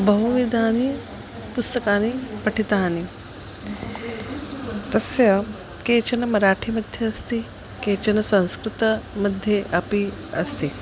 बहुविधानि पुस्तकानि पठितानि तस्य केचन मराठिमध्ये अस्ति केचन संस्कृतमध्ये अपि अस्ति